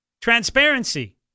transparency